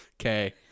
Okay